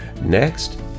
next